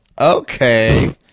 Okay